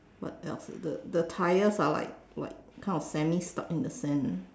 what else the the tyres are like what kind of semi stuck in the sand